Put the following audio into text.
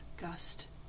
gust